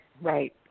Right